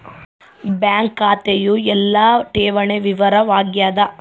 bank ಖಾತೆಯು ಎಲ್ಲ ಠೇವಣಿ ವಿವರ ವಾಗ್ಯಾದ